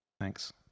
Thanks